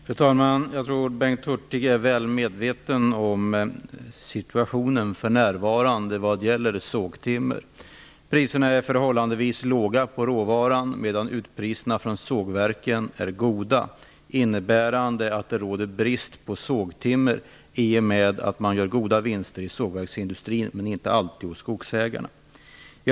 Fru talman! Jag tror att Bengt Hurtig är väl medveten om den för närvarande rådande situationen vad gäller sågtimmer. Priserna är förhållandevis låga för råvaran, medan utpriserna från sågverken är goda. Det innebär att det råder brist på sågtimmer i och med att sågverksindustrin, men inte alltid skogsägarna, gör goda vinster.